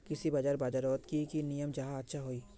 कृषि बाजार बजारोत की की नियम जाहा अच्छा हाई?